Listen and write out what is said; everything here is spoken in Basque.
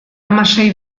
hamasei